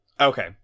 Okay